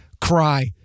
cry